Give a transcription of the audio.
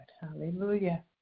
Hallelujah